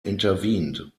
intervened